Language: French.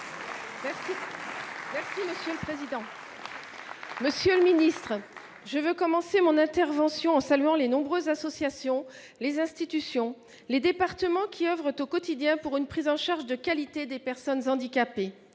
Les Républicains. Monsieur le ministre, je veux commencer mon intervention en saluant les nombreuses associations et institutions, ainsi que les départements qui œuvrent au quotidien pour une prise en charge de qualité des personnes handicapées.